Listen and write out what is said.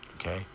okay